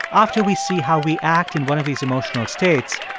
after we see how we act in one of these emotional states,